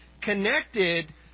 connected